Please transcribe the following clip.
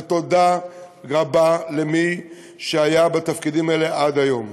ותודה רבה למי שהיה בתפקידים האלה עד היום.